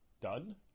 done